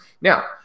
Now